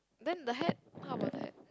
then the hat how about the hat